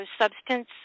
substance